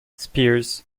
spears